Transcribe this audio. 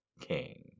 King